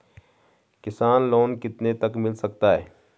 किसान लोंन कितने तक मिल सकता है?